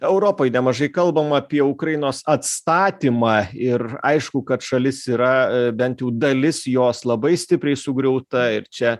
europoj nemažai kalbama apie ukrainos atstatymą ir aišku kad šalis yra bent jau dalis jos labai stipriai sugriauta ir čia